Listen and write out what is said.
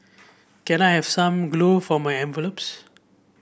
can I have some glue for my envelopes